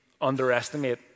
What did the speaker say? underestimate